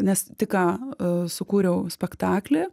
nes tik ką sukūriau spektaklį